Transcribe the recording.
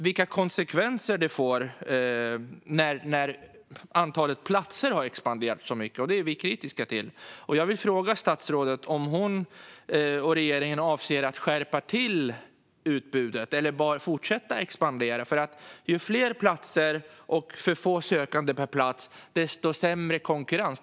Vilka konsekvenser får det, till exempel, när antalet platser har expanderat så mycket? Vi är kritiska till det. Jag vill fråga statsrådet om hon och regeringen avser att skärpa utbudet eller att bara fortsätta expandera. Ju fler platser och ju färre sökande per plats, desto sämre konkurrens.